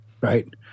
right